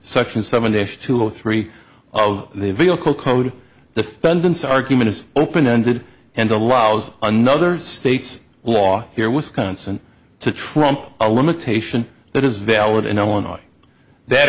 and seven days two or three of the vehicle code defendants argument is open ended and allows another state's law here wisconsin to trump a limitation that is valid in illinois that